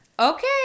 Okay